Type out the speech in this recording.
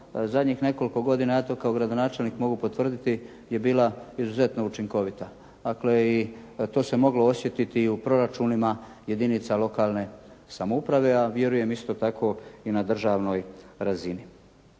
zadnjih nekoliko godina, ja to kao gradonačelnik mogu potvrditi je bila izuzetno učinkovita. Dakle, i to se moglo osjetiti i u proračunima jedinica lokalne samouprave, a vjerujem isto tako i na državnoj razini.